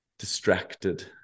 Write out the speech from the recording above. distracted